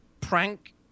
prank